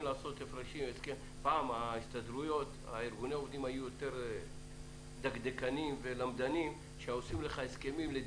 פעם ארגוני העובדים היו דקדקנים והיינו עושים חישובים ידניים.